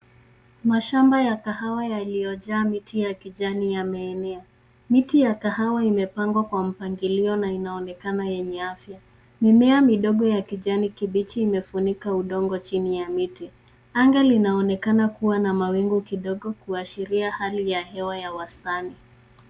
Mashamba ya kahawa yaliyojaa miti ya kijani yameenea. Miti ya kahawa imepangwa kwa mpangilio na inaonekana yenye afya. Mimea midogo ya kijani kibichi imefunika udongo chini ya miti. Anga linaonekana kuwa na mawingu kidogo kuashiria hali ya hewa ya wastani.